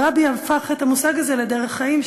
הרבי הפך את המושג הזה לדרך חיים,